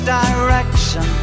direction